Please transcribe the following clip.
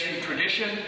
tradition